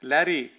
Larry